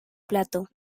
plato